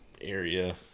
area